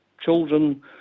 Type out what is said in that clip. children